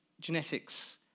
genetics